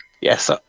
yes